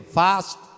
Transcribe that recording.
fast